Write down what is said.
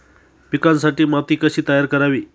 पिकांसाठी माती कशी तयार करावी?